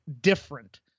different